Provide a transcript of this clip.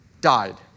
died